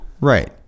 Right